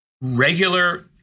regular